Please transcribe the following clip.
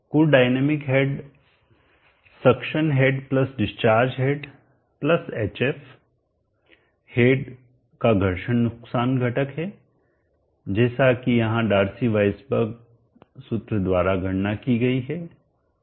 कुल dynamic head suction head plus discharge head plus hf head का घर्षण नुकसान घटक है जैसा कि यहां डार्सी व़ेईसबाक सूत्र द्वारा गणना की गई है